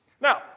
Now